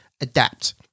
adapt